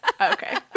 Okay